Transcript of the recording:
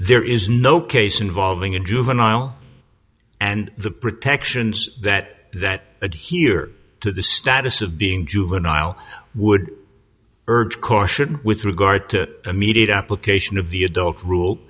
there is no case involving a juvenile and the protections that that adhere to the status of being juvenile would urge caution with regard to immediate application of the adult rule